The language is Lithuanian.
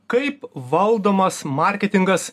kaip valdomas marketingas